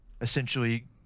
essentially